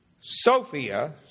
Sophia